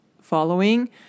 following